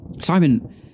Simon